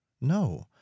No